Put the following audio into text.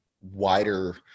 wider